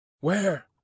Where